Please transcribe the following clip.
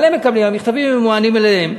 אבל הם מקבלים, המכתבים ממוענים אליהם.